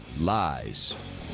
lies